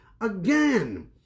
again